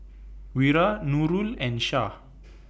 Wira Nurul and Shah